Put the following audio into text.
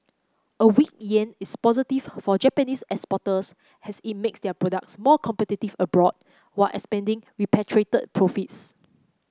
a weak yen is positive for Japanese exporters as it makes their products more competitive abroad while expanding repatriated profits